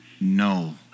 no